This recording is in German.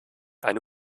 eine